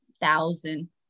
thousand